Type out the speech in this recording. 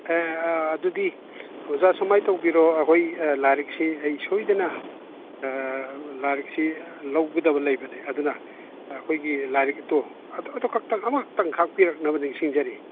ꯑꯗꯨꯗꯤ ꯑꯣꯖꯥ ꯁꯨꯃꯥꯏꯅ ꯇꯧꯕꯤꯔꯣ ꯑꯩꯈꯣꯏ ꯂꯥꯏꯔꯤꯛꯁꯤ ꯑꯩ ꯁꯣꯏꯗꯅ ꯂꯥꯏꯔꯤꯛꯁꯤ ꯂꯧꯒꯗꯕ ꯂꯩꯕꯅꯤ ꯑꯗꯨꯅ ꯑꯩꯈꯣꯏꯒꯤ ꯂꯥꯏꯔꯤꯛꯇꯣ ꯑꯗꯣ ꯑꯗꯨꯈꯛꯇꯪ ꯑꯃꯈꯛꯇꯪ ꯈꯥꯡꯄꯤꯔꯛꯅꯕ ꯅꯤꯡꯁꯤꯡꯖꯔꯤ